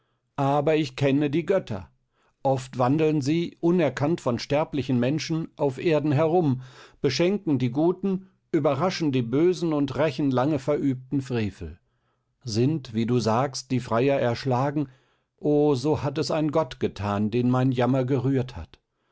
aber ich kenne die götter oft wandeln sie unerkannt von sterblichen menschen auf erden herum beschenken die guten überraschen die bösen und rächen lange verübten frevel sind wie du sagst die freier erschlagen o so hat es ein gott gethan den mein jammer gerührt hat